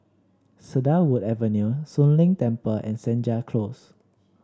Cedarwood Avenue Soon Leng Temple and Senja Close